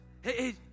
hey